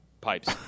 Pipes